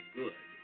good